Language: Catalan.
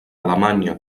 alemanya